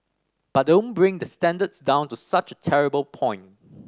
but don't bring the standards down to such a terrible point